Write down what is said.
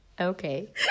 okay